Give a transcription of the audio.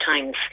times